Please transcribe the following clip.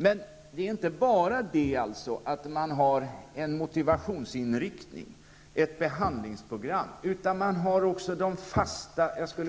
har inte bara en motivationsinriktning, ett behandlingsprogram, utan man har också mycket stränga regler.